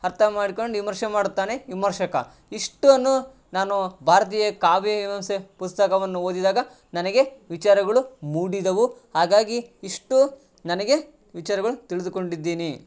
ಅರ್ಥ ಮಾಡ್ಕೊಂಡು ವಿಮರ್ಶೆ ಮಾಡ್ತಾನೆ ವಿಮರ್ಶಕ ಇಷ್ಟನ್ನು ನಾನು ಭಾರತೀಯ ಕಾವ್ಯ ಮೀಮಾಂಸೆ ಪುಸ್ತಕವನ್ನು ಓದಿದಾಗ ನನಗೆ ವಿಚಾರಗಳು ಮೂಡಿದವು ಹಾಗಾಗಿ ಇಷ್ಟು ನನಗೆ ವಿಚಾರಗಳು ತಿಳಿದುಕೊಂಡಿದ್ದೀನಿ